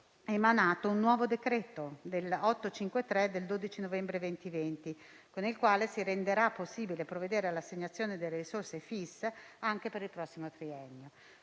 emanato un nuovo decreto interministeriale, il n. 853 del 12 novembre 2020, con il quale si renderà possibile provvedere all'assegnazione delle risorse FIS anche per il prossimo triennio.